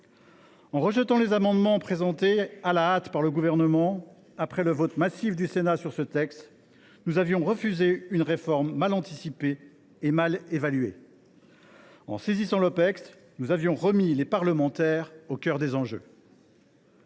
En rejetant les amendements présentés à la hâte par le Gouvernement, le Sénat, par un vote massif, avait refusé une réforme mal anticipée et mal évaluée. En saisissant l’Opecst, nous avions remis les parlementaires au cœur des enjeux.